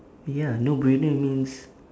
ya no-brainer means